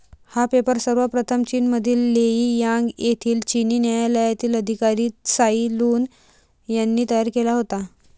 हा पेपर सर्वप्रथम चीनमधील लेई यांग येथील चिनी न्यायालयातील अधिकारी त्साई लुन यांनी तयार केला होता